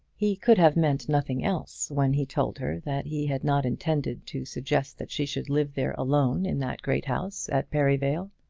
he could have meant nothing else when he told her that he had not intended to suggest that she should live there alone in that great house at perivale.